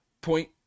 point